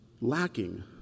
lacking